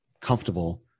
comfortable